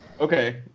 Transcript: Okay